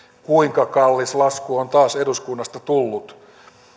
kuinka kallis lasku on taas eduskunnasta tullut